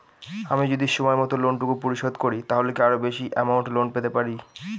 আমি যদি সময় মত লোন টুকু পরিশোধ করি তাহলে কি আরো বেশি আমৌন্ট লোন পেতে পাড়ি?